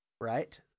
right